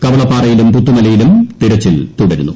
കവളപ്പാറയിലും പുത്തുമലയിലും തിരച്ചിൽ തുടരുന്നു